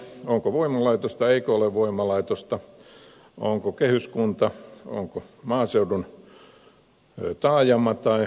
onko voimalaitosta eikö ole voimalaitosta onko kehyskunta onko maaseudun taajama tai joku muu